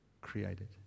created